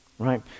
Right